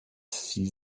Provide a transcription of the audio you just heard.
see